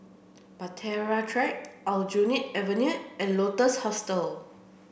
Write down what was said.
Bahtera Track Aljunied Avenue and Lotus Hostel